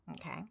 Okay